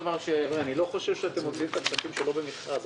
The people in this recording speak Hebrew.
אני לא חושב שאתם מוציאים את הכסף שלא במכרז.